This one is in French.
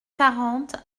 quarante